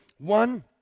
One